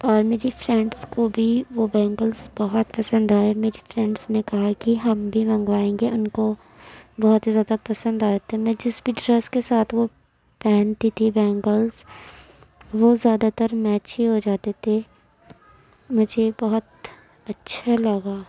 اور میری فرینڈس کو بھی وہ بینگلس بہت پسند آئے میری فرینڈس نے کہا کہ ہم بھی منگوائیں گے اُن کو بہت ہی زیادہ پسند آئے تھے میں جس بھی ڈریس کے ساتھ وہ پہنتی تھی بینگلس وہ زیادہ تر میچ ہی ہو جاتے تھے مجھے بہت اچھے لگا